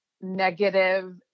negative